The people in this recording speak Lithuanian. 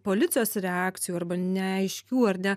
policijos reakcijų arba neaiškių ar ne